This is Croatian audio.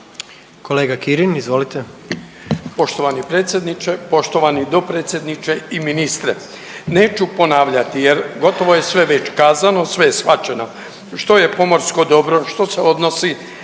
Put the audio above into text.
Kolega Kirin, izvolite.